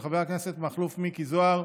של חבר הכנסת מכלוף מיקי זוהר,